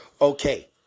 okay